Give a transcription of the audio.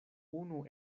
unu